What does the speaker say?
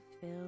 fill